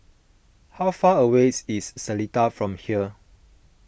how far away is Seletar from here